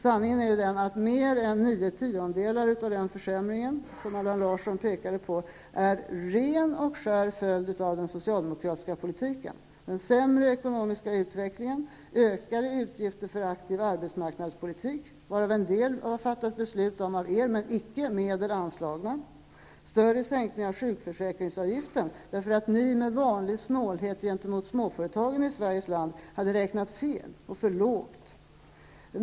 Sanningen är den att mer än nio tiondelar av den försämring som Allan Larsson pekade på är en ren och skär följd av den socialdemokratiska politiken, en sämre ekonomisk utveckling, en ökning av utgifterna för aktiv arbetsmarknadspolitik, varav en del hade beslutats av er utan att medel anslagits, och en större sänkning av sjukförsäkringsavgiften. Det senaste beror på att ni, med vanlig snålhet gentemot småföretagarna i Sveriges land, hade räknat fel och räknat för lågt.